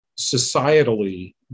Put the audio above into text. societally